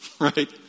right